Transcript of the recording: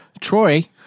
troy